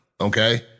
Okay